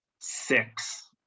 six